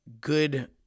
good